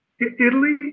Italy